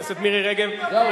וחברת הכנסת מירי רגב, זהו,